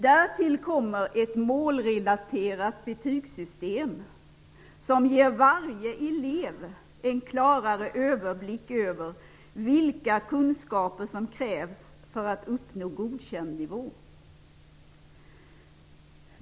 Därtill kommer ett målrelaterat betygssystem, som ger varje elev en klarare överblick över vilka kunskaper som krävs för att uppnå godkändnivån.